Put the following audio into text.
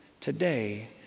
today